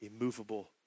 immovable